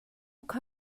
kha